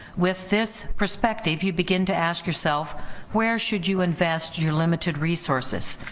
with this perspective you begin to ask yourself where should you invest your limited resources,